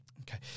Okay